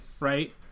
Right